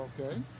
Okay